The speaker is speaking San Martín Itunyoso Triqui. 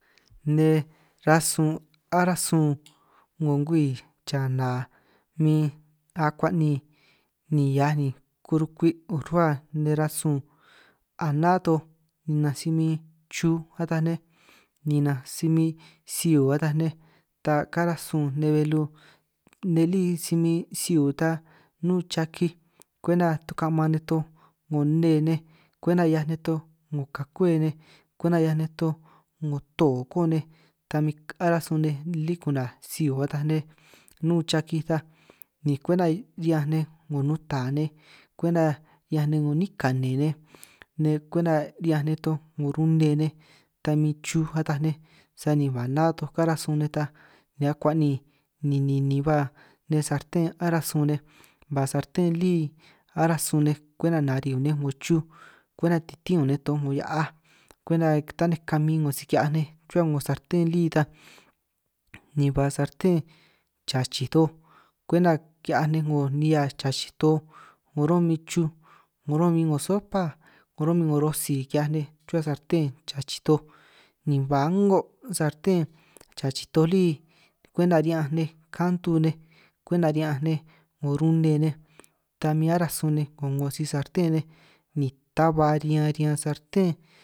Nej rasun aráj sun 'ngo ngwii chana min akuan' ni ni hiaj ni kurukwi' urruhua nej rasun a ná toj, ninanj si min chuj ataj nej ninanj si min siu ataj nej ta kara' sun nej belu nej lí si min siu ta, nnún chakij kwenta tuka'man nej toj 'ngo nne nej kwenta 'hiaj nej to 'ngo kakwej kwenta 'hiaj nej toj 'ngo too koo nej, ta min aráj sun nej lí ku'naj siu ataj nej nnun chakij ta ni kwenta ri'ñanj nej 'ngo nuta nej, kwenta 'hiaj nej 'ngo 'nín kane nej, nej kwenta 'hiaj nej toj 'ngo rune nej ta min chuj ataj nej, sani ba ná toj karáj sun nej ta ni akuan' ni ni ninin ba nej sarten aráj sun nej, ba sarten lí ará sun nej kwenta nari ñun nej 'ngo chuj kwenta titín ñun nej toj 'ngo hia'aj, kwenta tanej kamin 'ngo si ki'hiaj nej chruhua 'ngo sarten lí ta, ni ba sarten chachij toj kwenta ki'hiaj nej 'ngo nihia chachij toj 'ngo ro'min chuj 'ngo ro'min 'ngo sopa, 'ngo ro'min 'ngo rosi ki'hiaj nej chuhua sarten chachij toj ni ba a'ngo sarten chachij toj lí, kwenta ri'ñanj nej kantu nej, kwenta ri'ñanj nej 'ngo rune nej, ta min aráj sun nej 'ngo 'ngo si-sarten nej, ni ta ba riñan riñan sarten.